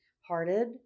hearted